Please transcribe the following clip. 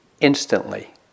Instantly